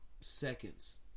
Seconds